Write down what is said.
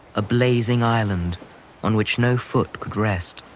a blazing island on which no foot could rest.